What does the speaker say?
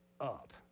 up